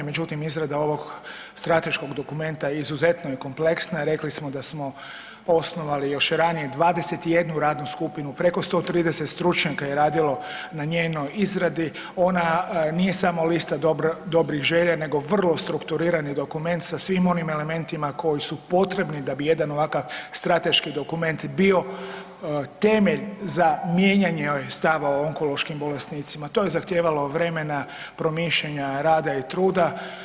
Međutim, izrada ovog strateškog dokumenta izuzetno je kompleksna, rekli smo da smo osnovali još ranije 21 radnu skupinu, preko 130 stručnjaka je radilo na njenoj izradi, ona nije samo lista dobrih želja nego vrlo strukturirani dokument sa svim onim elementima koji su potrebni da bi jedan ovakav strateški dokument bio temelj za mijenjanje ovih stavova o onkoloških bolesnika, to je zahtijevalo vremena, promišljanja, rada i truda.